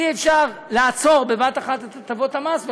אי-אפשר לעצור בבת אחת את הטבות המס,